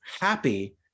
happy